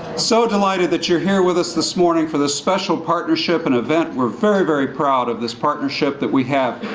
so delighted that you're here with us this morning for this special partnership and event. we're very, very proud of this partnership that we have.